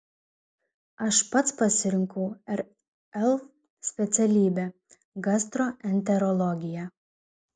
aš pats pasirinkau rl specialybę gastroenterologiją